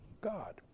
God